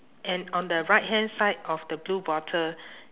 and on the right hand side of the blue bottle